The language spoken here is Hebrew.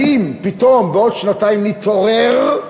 האם פתאום בעוד שנתיים נתעורר,